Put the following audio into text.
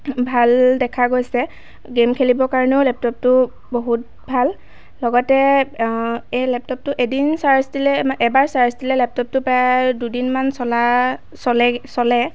ভাল দেখা গৈছে গেম খেলিবৰ কাৰণেও লেপটপটো বহুত ভাল লগতে এই লেপটপটো এদিন চাৰ্জ দিলে এবাৰ চাৰ্জ দিলে লেপটপটো প্ৰায় দুদিনমান চলা চলে চলে